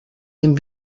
dem